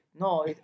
No